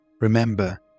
remember